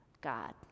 God